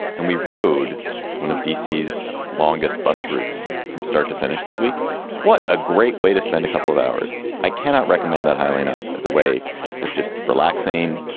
and we rode one of d c s longest bus routes from start to finish this week what a great way to spend a couple of hours. i cannot recommend that highly enough as a way of just relaxing.